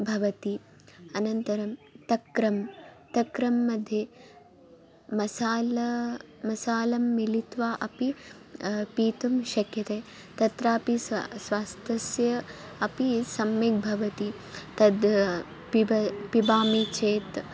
भवति अनन्तरं तक्रं तक्रं मध्ये मसाल मसालं मिलित्वा अपि पातुं शक्यते तत्रापि स स्वास्थ्यम् अपि सम्यक् भवति तद् पिब पिबामि चेत्